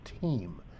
team